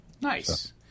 Nice